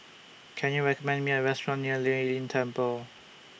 Can YOU recommend Me A Restaurant near Lei Yin Temple